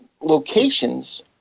locations